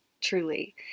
truly